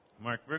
Mark